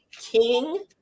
King